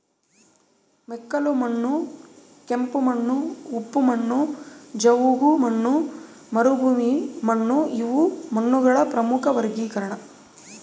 ಮೆಕ್ಕಲುಮಣ್ಣು ಕೆಂಪುಮಣ್ಣು ಉಪ್ಪು ಮಣ್ಣು ಜವುಗುಮಣ್ಣು ಮರುಭೂಮಿಮಣ್ಣುಇವು ಮಣ್ಣುಗಳ ಪ್ರಮುಖ ವರ್ಗೀಕರಣ